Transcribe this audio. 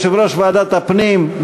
יושב-ראש ועדת הפנים,